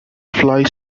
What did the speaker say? fly